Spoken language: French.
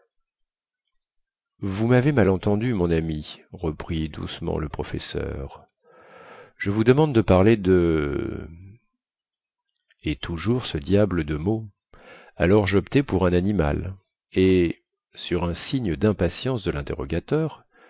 vous mavez mal entendu mon ami reprit doucement le professeur je vous demande de parler de et toujours ce diable de mot alors joptai pour un animal et sur un signe dimpatience de linterrogateur